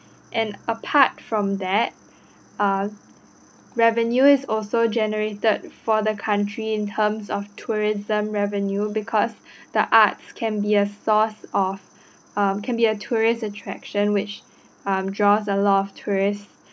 and apart from that uh revenue is also generated for the country in terms of tourism revenue because the arts can be a source of um can be a tourist attraction which um draws a lot of tourists